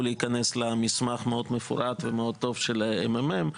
להיכנס למסמך המאוד טוב ומאוד מפורט של ה-ממ"מ.